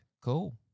Cool